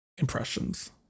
Impressions